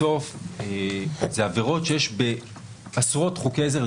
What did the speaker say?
בסוף זה עבירות שיש בעשרות חוקי עזר,